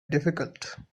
difficult